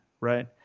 right